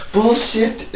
Bullshit